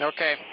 Okay